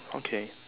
okay